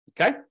Okay